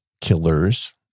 killers